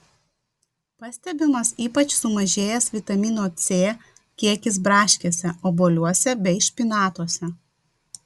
pastebimas ypač sumažėjęs vitamino c kiekis braškėse obuoliuose bei špinatuose